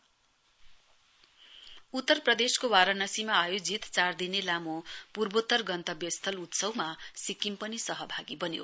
north east festival उत्तर प्रदेशको वाराणसीमा आयोजित चार दने लामो पूर्वोत्तर गन्तव्य स्थल उत्सवमा सिक्किम पनि सहभागी बन्यो